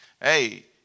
hey